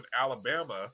alabama